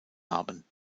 haben